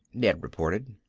ned reported.